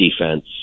defense